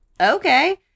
okay